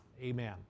Amen